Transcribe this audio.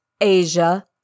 Asia